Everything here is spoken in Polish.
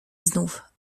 znów